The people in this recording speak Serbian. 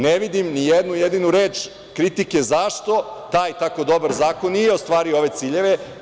Ne vidim ni jednu jedinu reč kritike zašto taj tako dobar zakon nije ostvario ove ciljeve?